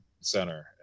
center